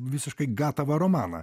visiškai gatavą romaną